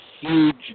huge